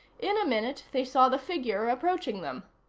in a minute they saw the figure approaching them.